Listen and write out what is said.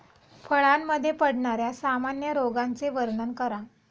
फळांमध्ये पडणाऱ्या सामान्य रोगांचे वर्णन करा